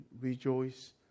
rejoice